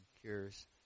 cures